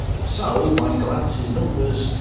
so by glantz's numbers,